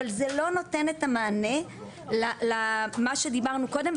אבל זה לא נותן את המענה של מה שדיברנו קודם,